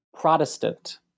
Protestant